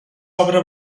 obra